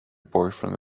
boyfriend